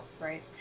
Right